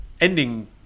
ending